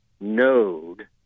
node